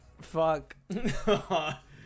Fuck